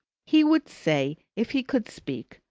he would say if he could speak,